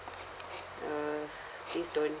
uh please don't